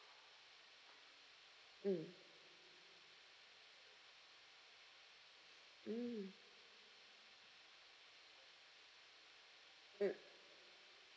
mm mm mm